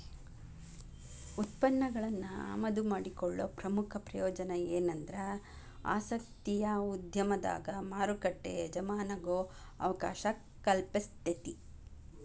ಉತ್ಪನ್ನಗಳನ್ನ ಆಮದು ಮಾಡಿಕೊಳ್ಳೊ ಪ್ರಮುಖ ಪ್ರಯೋಜನ ಎನಂದ್ರ ಆಸಕ್ತಿಯ ಉದ್ಯಮದಾಗ ಮಾರುಕಟ್ಟಿ ಎಜಮಾನಾಗೊ ಅವಕಾಶ ಕಲ್ಪಿಸ್ತೆತಿ